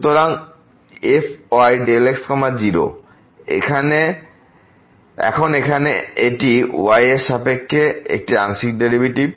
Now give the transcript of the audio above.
সুতরাং fyΔx 0 এখন এখানে এটি y এর সাপেক্ষে একটি আংশিক ডেরিভেটিভ